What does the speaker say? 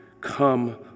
come